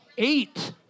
eight